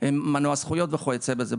מנוע זכויות וכיוצא בזה.